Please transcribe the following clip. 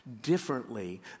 differently